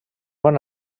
van